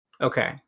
okay